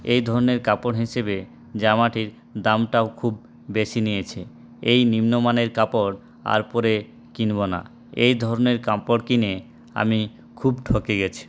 এই ধরনের কাপড় হিসেবে জামাটির দামটাও খুব বেশি নিয়েছে এই নিম্নমানের কাপড় আর পরে কিনব না এই ধরনের কাপড় কিনে আমি খুব ঠকে গেছি